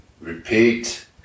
Repeat